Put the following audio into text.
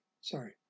sorry